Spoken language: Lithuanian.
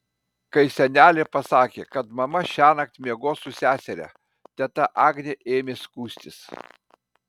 kai senelė pasakė kad mama šiąnakt miegos su seseria teta agė ėmė skųstis